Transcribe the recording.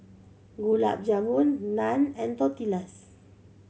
Gulab Jamun Naan and Tortillas